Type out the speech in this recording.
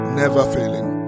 never-failing